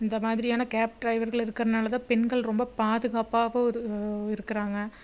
இந்த மாதிரியான கேப் டிரைவர்கள் இருக்கறனால் தான் பெண்கள் ரொம்ப பாதுகாப்பாகவும் ஒரு இருக்கறாங்க